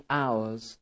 hours